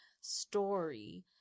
story